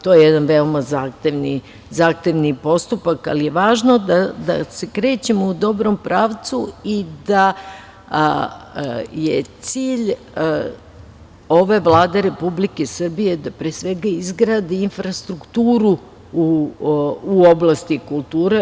To je jedan veoma zahtevani postupak, ali je važno da se krećemo u dobrom pravcu i da je cilj ove Vlade Republike Srbije da pre svega izgradi infrastrukturu u oblasti kulture.